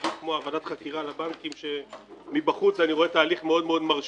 בדיוק כמו ועדת חקירה לבנקים שמבחוץ אני רואה תהליך מאוד מאוד מרשים.